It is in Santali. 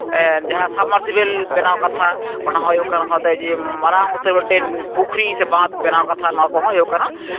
ᱡᱟᱦᱟᱸ ᱥᱟᱵᱼᱢᱟᱨᱥᱤᱵᱮᱞ ᱵᱮᱱᱟᱣ ᱠᱟᱛᱷᱟ ᱚᱱᱟᱦᱚᱸ ᱦᱩᱭᱩᱜ ᱠᱟᱱᱟ ᱥᱟᱶᱛᱮ ᱢᱟᱨᱟᱝ ᱩᱛᱟᱹᱨ ᱢᱤᱫᱴᱤᱱ ᱯᱩᱠᱷᱨᱤ ᱥᱮ ᱵᱟᱸᱫᱷ ᱵᱮᱱᱟᱣ ᱠᱟᱛᱷᱟ ᱱᱚᱣᱟ ᱠᱚᱦᱚᱸ ᱦᱩᱭᱩᱜ ᱠᱟᱱᱟ